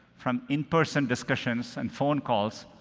from in-person discussions and phone calls,